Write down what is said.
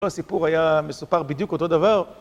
הסיפור היה מסופר בדיוק אותו דבר